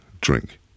drink